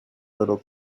little